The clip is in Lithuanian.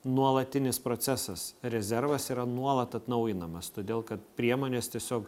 nuolatinis procesas rezervas yra nuolat atnaujinamas todėl kad priemonės tiesiog